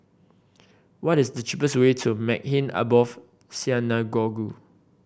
what is the cheapest way to Maghain Aboth Synagogue